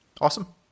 Awesome